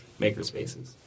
makerspaces